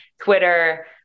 Twitter